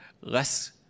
less